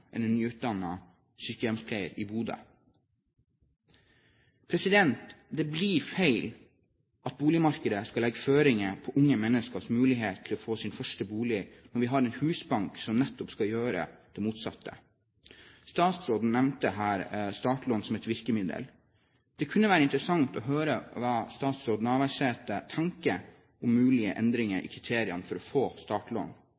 en nyutdannet sykepleier i Bodø. Det blir feil at boligmarkedet skal legge føringer på unge menneskers mulighet til å få sin første bolig når vi har en husbank som nettopp skal gjøre det motsatte. Statsråden nevnte her startlån som et virkemiddel. Det kunne være interessant å høre hva statsråd Navarsete tenker om mulige endringer i kriteriene for å få startlån.